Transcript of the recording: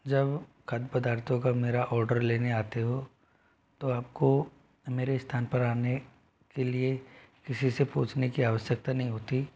जब खाद पदार्थो का मेरा ऑर्डर लेने आते हो तो आपको मेरे स्थान पर आने के लिए किसी से पूछने की आवश्यकता नहीं होती